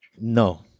No